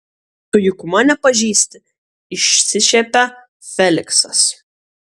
tu juk mane pažįsti išsišiepia feliksas